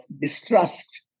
distrust